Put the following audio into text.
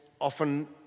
often